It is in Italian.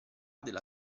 della